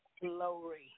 glory